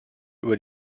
über